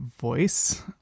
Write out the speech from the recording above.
voice